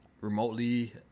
remotely